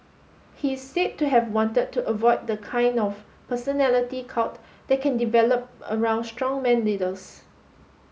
he is said to have wanted to avoid the kind of personality cult that can develop around strongman leaders